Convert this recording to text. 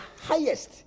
highest